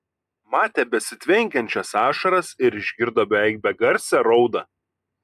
matė besitvenkiančias ašaras ir išgirdo beveik begarsę raudą